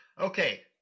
Okay